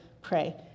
pray